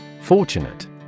Fortunate